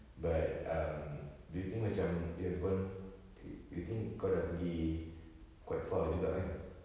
but um do you think macam you have gone yo~ you think kau sudah pergi quite far juga eh